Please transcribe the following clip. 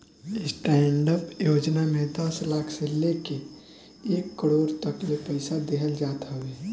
stand up योजना में दस लाख से लेके एक करोड़ तकले पईसा देहल जात हवे